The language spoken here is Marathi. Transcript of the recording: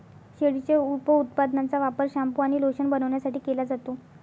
शेळीच्या उपउत्पादनांचा वापर शॅम्पू आणि लोशन बनवण्यासाठी केला जातो